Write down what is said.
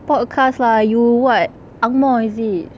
podcast lah you what ang moh is it